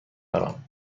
دارم